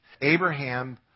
Abraham